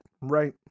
Right